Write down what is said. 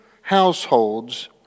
households